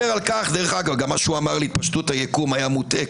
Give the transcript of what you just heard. אגב גם מה שאמר על התפשטות היקום היה מוטעה,